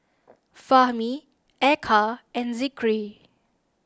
Fahmi Eka and Zikri